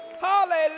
Hallelujah